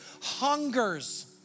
hungers